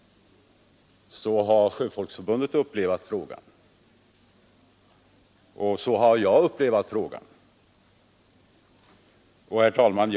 Så har Sjöfolksförbundet upplevt frågan, och så har jag upplevt den. Herr talman!